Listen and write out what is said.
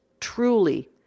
truly